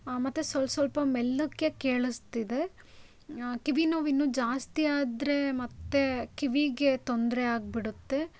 ಮತ್ತು ಸ್ವಲ್ಪ್ ಸ್ವಲ್ಪ ಮೆಲ್ಲಕ್ಕೆ ಕೇಳಿಸ್ತಿದೆ ಕಿವಿನೋವು ಇನ್ನೂ ಜಾಸ್ತಿಯಾದರೆ ಮತ್ತೆ ಕಿವಿಗೆ ತೊಂದರೆ ಆಗಿಬಿಡತ್ತೆ